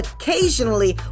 occasionally